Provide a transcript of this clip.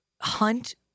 hunt